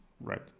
right